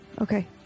Okay